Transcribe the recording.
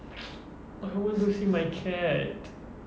I want to see my cat